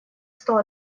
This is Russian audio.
сто